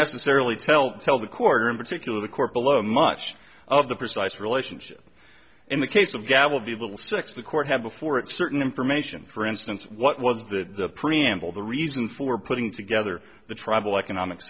necessarily tell tell the court or in particular the court below much of the precise relationship in the case of gabble the little six the court had before it certain information for instance what was the preamble the reason for putting together the trouble economics